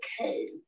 okay